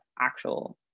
actual